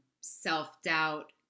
self-doubt